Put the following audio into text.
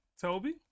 Toby